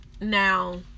Now